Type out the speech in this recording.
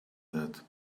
that